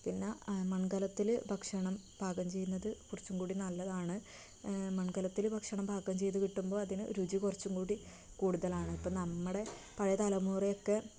പിന്ന മൺകലത്തില് ഭക്ഷണം പാകം ചെയ്യുന്നത് കുറച്ചും കൂടി നല്ലതാണ് മൺകലത്തില് ഭക്ഷണം പാകം ചെയ്ത് കിട്ടുമ്പോൾ അതിന് രുചി കുറച്ചും കൂടി കൂടുതലാണ് ഇപ്പോൾ നമ്മുടെ പഴയ തലമുറയൊക്കെ